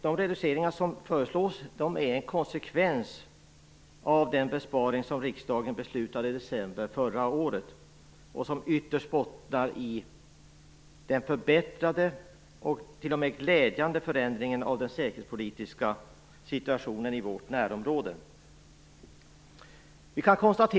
De reduceringar som föreslås är en konsekvens av den besparing som riksdagen beslutade om i december förra året och som ytterst bottnade i den förbättrade och glädjande förändringen av den säkerhetspolitiska situationen i vårt närområde.